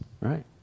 right